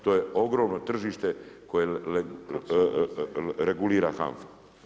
To je ogromno tržište koje regulira HANFA.